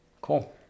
Cool